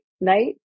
night